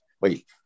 wait